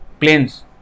Planes